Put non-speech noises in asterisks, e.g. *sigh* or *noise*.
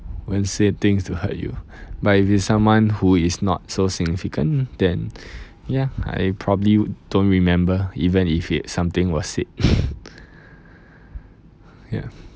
won't say things to hurt you but if it's someone who is not so significant then ya I probably don't remember even if it something was said *laughs* ya